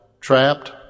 Trapped